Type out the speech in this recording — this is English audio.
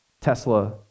Tesla